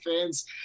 fans